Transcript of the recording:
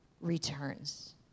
returns